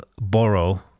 borrow